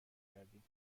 کردیم